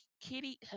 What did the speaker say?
Kitty